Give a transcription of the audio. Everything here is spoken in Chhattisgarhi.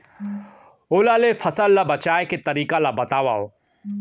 ओला ले फसल ला बचाए के तरीका ला बतावव?